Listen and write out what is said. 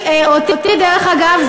דרך אגב,